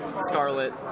Scarlet